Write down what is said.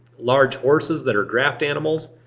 large horses that are draft animals,